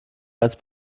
eins